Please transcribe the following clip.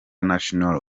national